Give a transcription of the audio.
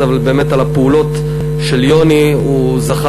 אין באמת שוויון בנטל, בסופו של יום, אתה,